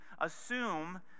assume